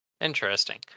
Interesting